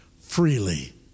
freely